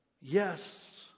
Yes